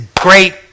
great